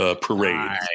Parade